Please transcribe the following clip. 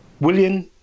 William